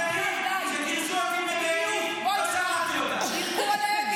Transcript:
מירב, כשגירשו אותי מבארי לא שמעתי אותך.